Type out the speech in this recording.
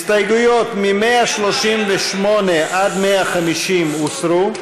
הסתייגויות 138 150 הוסרו,